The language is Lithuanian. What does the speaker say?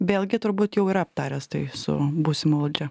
vėlgi turbūt jau yra aptaręs tai su būsima valdžia